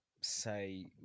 say